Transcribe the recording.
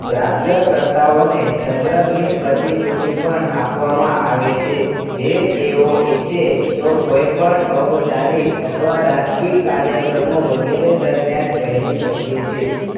પ્રાપ્તકર્તાઓને ચંદ્રકની પ્રતિકૃતિ પણ આપવામાં આવે છે જે તેઓ ઇચ્છે તો કોઈપણ ઔપચારિક અથવા રાજકીય કાર્યક્રમો વગેરે દરમિયાન પહેરી શકે છે